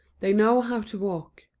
they know how to walk.